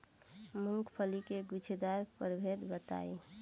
मूँगफली के गूछेदार प्रभेद बताई?